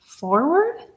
forward